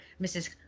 Mrs